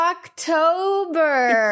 October